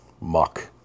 muck